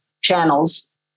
channels